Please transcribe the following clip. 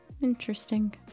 Interesting